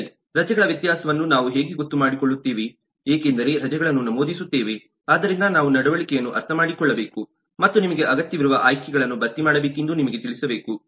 ಸರಿ ರಜೆಗಳ ವ್ಯತ್ಯಾಸವನ್ನು ನಾವು ಹೇಗೆ ಗೊತ್ತು ಮಾಡಿಕೊಳ್ಳುತ್ತೇವೆ ಏಕೆಂದರೆ ರಜೆಗಳನ್ನು ನಮೂದಿಸುತ್ತೇವೆ ಆದ್ದರಿಂದ ನಾವು ನಡವಳಿಕೆಯನ್ನು ಅರ್ಥಮಾಡಿಕೊಳ್ಳಬೇಕು ಮತ್ತು ನಿಮಗೆ ಅಗತ್ಯವಿರುವ ಆಯ್ಕೆಗಳನ್ನು ಭರ್ತಿ ಮಾಡಬೇಕೆಂದು ನಿಮಗೆ ತಿಳಿಸಬೇಕು